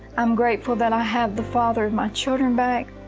i'm grateful that i have the father of my children back,